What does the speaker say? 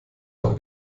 auch